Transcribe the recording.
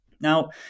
Now